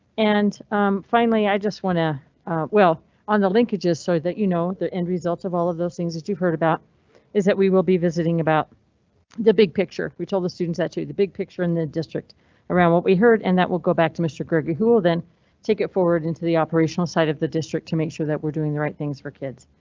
and finally, i just want to well on the linkages so that you know the end result of all of those things that you heard about is that we will be visiting about the big picture. we told the students to the big picture in the district around what we heard an and that will go back to mr gregor, who will then take it forward into the operational side of the district to make sure that we're doing the right things for kids.